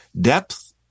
depth